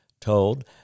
Told